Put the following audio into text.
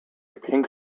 pink